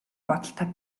бодолтой